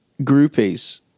groupies